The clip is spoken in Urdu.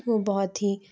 وہ بہت ہی